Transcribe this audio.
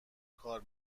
کار